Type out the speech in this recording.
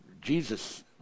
Jesus